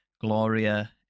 Gloria